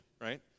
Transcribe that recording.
right